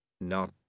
Not